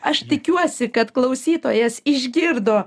aš tikiuosi kad klausytojas išgirdo